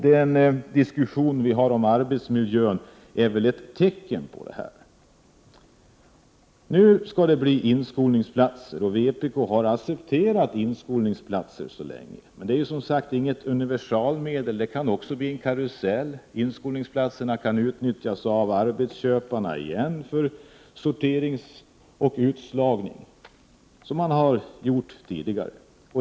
Den diskussion vi har om arbetsmiljön är väl ett tecken på detta. Nu skall det bli inskolningsplatser, och vpk har accepterat inskolningsplatser tills vidare. Det är inte något universalmedel. De kan bli en karusell. Inskolningsplatserna kan utnyttjas av arbetsköparna för sortering och utslagning på samma sätt som man gjort tidigare.